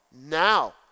now